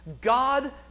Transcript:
God